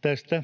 Tästä